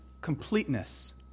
completeness